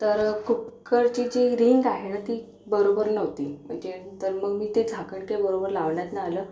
तर कुक्करची जी रिंग आहे ती बरोबर नव्हती म्हणजे तर मग मी ते झाकण काय बरोबर लावण्यात नाहीे आलं